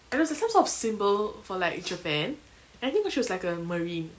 I don't know it's like some sort of symbol for like japan and I think she was like a marine